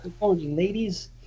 ladies